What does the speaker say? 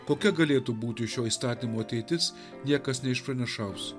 kokia galėtų būti šio įstatymo ateitis niekas neišpranašaus